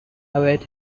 await